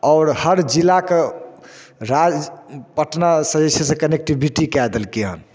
आओर हर जिलाके राज पटना से जे छै से कनेक्टीविटी कए देलकै हेँ